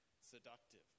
seductive